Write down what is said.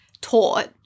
taught